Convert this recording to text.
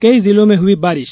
कई जिलों में हुई बारिश